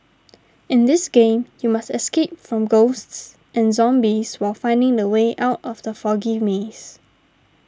in this game you must escape from ghosts and zombies while finding the way out of the foggy maze